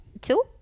Two